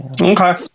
Okay